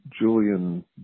Julian